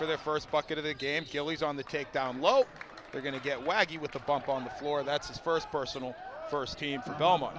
for their first bucket of the game kelly's on the take down low they're going to get wacky with a bump on the floor that's his first personal first team for belmont